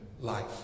life